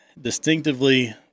distinctively